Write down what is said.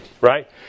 right